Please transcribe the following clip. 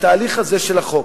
התהליך הזה של החוק,